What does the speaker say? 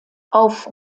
auf